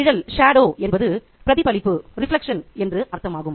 நிழல் என்பது பிரதிபலிப்பு என்று அர்த்தமாகும்